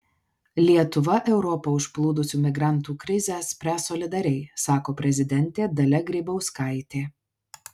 lietuva europą užplūdusių migrantų krizę spręs solidariai sako prezidentė dalia grybauskaitė